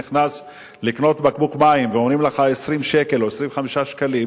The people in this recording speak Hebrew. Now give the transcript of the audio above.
נכנס לקנות בקבוק מים ואומרים לך 20 שקל או 25 שקלים,